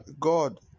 God